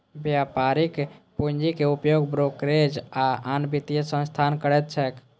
व्यापारिक पूंजीक उपयोग ब्रोकरेज आ आन वित्तीय संस्थान करैत छैक